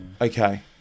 Okay